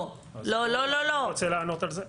אני רוצה לענות על זה.